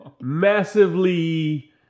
massively